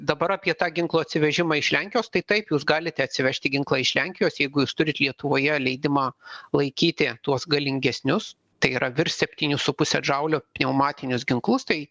dabar apie tą ginklų atsivežimą iš lenkijos tai taip jūs galite atsivežti ginklą iš lenkijos jeigu jūs turit lietuvoje leidimą laikyti tuos galingesnius tai yra virš septynių su puse jaulių pneumatinius ginklus tai